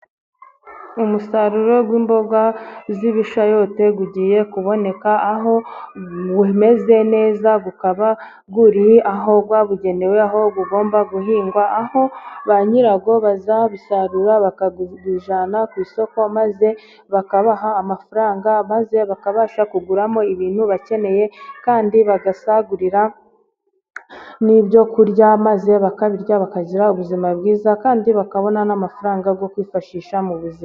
Umusaruro w'imboga z'ibishayote ugiye kuboneka, aho umeze neza ukaba uri aho wabugenewe aho ugomba guhingwa, aho ba nyirawo bazabisarura bakabijyana ku isoko maze bakabaha amafaranga maze bakabasha kuguramo ibintu bakeneye kandi bagasagurira n'ibyo kurya, maze bakabirya bakagira ubuzima bwiza, kandi bakabona n'amafaranga yo kwifashisha mu buzima.